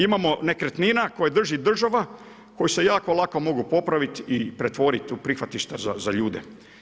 Imamo nekretnina koje drži država, koje se jako lako mogu popraviti i pretvoriti u prihvatilišta za ljude.